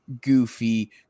goofy